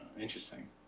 Interesting